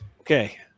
Okay